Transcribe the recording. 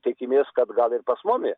tikimės kad gal ir pas mumi